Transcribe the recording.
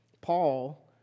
Paul